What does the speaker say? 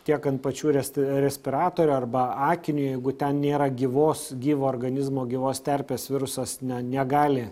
tiek ant pačių resti respiratorių arba akiniui jeigu ten nėra gyvos gyvo organizmo gyvos terpės virusas ne negali